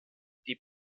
die